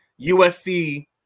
usc